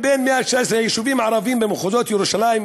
מ-119 היישובים הערביים במחוזות ירושלים,